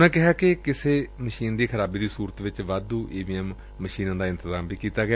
ਉਨ੍ਹਾਂ ਕਿਹਾ ਕਿ ਕਿਸੇ ਮਸ਼ੀਨ ਦੀ ਖਰਾਬੀ ਦੀ ਸੁਰਤ ਵਿੱਚ ਵਾਧੂ ਈਵੀਐਮ ਮਸ਼ੀਨਾਂ ਦਾ ਇੰਤਜਾਮ ਵੀ ਕੀਤਾ ਗਿਆ